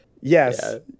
Yes